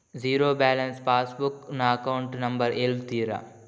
Zero balance passbook ನ account number ಹೇಳುತ್ತೀರಾ?